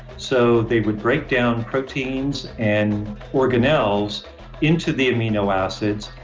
so, they would break down proteins and organelles into the amino acids,